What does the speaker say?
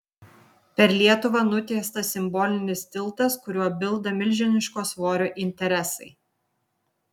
per lietuvą nutiestas simbolinis tiltas kuriuo bilda milžiniško svorio interesai